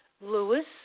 Lewis